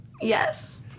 Yes